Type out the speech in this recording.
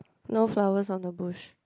no flowers on the bush